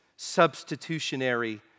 substitutionary